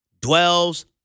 dwells